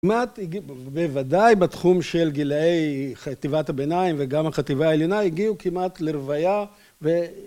כמעט, בוודאי בתחום של גילאי חטיבת הביניים וגם החטיבה העליונה הגיעו כמעט לרוויה ו...